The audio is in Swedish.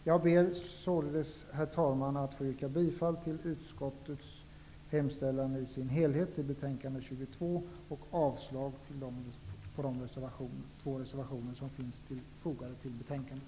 Jag vill således, herr talman, yrka bifall till utskottets hemställan i dess helhet i betänkande BoU22 och avslag på de två reservationer som finns fogade till betänkandet.